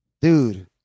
dude